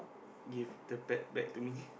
give the pet back to me